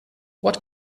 what